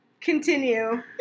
continue